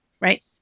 right